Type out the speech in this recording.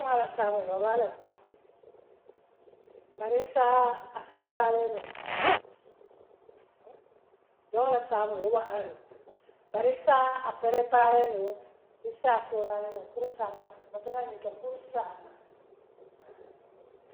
Muŋ na ala saamao woo be allah le bulu bare issaa assooraaleenuŋ jooraŋla saamoo woo be alah le bulu bare issaa a paprepaare nuŋ issaa a soraale nuŋ puri saama mbatu ŋa ňiŋ kee puri saama haa.